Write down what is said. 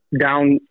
down